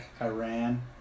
Iran